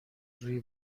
روی